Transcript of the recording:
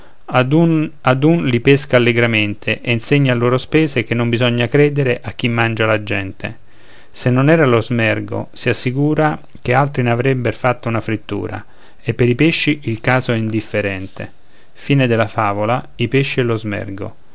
ad un ad un li pesca allegramente e insegna a loro spese che non bisogna credere a chi mangia la gente se non era lo smergo si assicura che altri n'avrebber fatta una frittura e per i pesci il caso è indifferente v l'avaro e